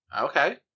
Okay